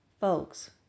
Folks